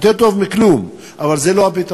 יותר טוב מכלום, אבל זה לא הפתרון.